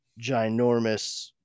ginormous